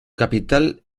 capital